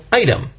item